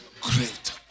great